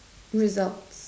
without